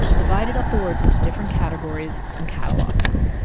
divided up the words into different categories and catalogued them.